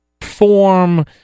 form